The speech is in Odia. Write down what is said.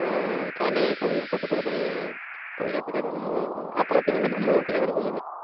ହଉ ତାହେଲେ ସବୁ ଜିନଷ ପତ୍ର ପାଇଁ ପଇସା ପଠେଇଦିଅନ୍ତୁ ମୁଁ ଆପଣ କିଣିବେ ନା ମୁଁ କିଣାକିଣି କରିବି